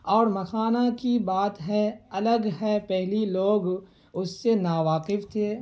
اور مکھانہ کی بات ہے الگ ہے پہلی لوگ اس سے ناواقف تھے